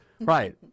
right